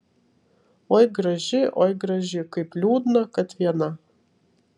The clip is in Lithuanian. oi graži oi graži kaip liūdna kad viena